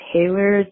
Taylor